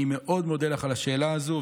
אני מאוד מודה לך על השאלה הזו.